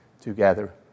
together